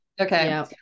okay